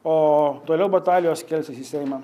o toliau batalijos kelsis į seimą